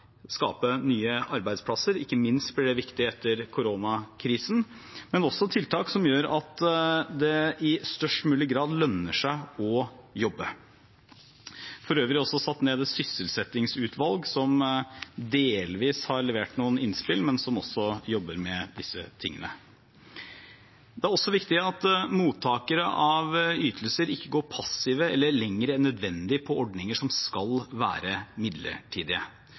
skape nye arbeidsplasser – ikke minst blir det viktig etter koronakrisen – men vi må også ha tiltak som gjør at det i størst mulig grad lønner seg å jobbe. For øvrig er det satt ned et sysselsettingsutvalg som delvis har levert noen innspill, men som jobber med disse tingene. Det er også viktig at mottakere av ytelser ikke går passive eller går lenger enn nødvendig på ordninger som skal være midlertidige.